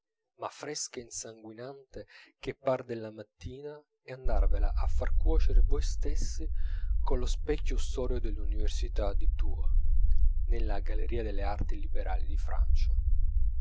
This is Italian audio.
ma fresca e sanguinante che par della mattina e andarvela a far cuocere voi stessi collo specchio ustorio dell'università di tours nella galleria delle arti liberali di francia